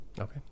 Okay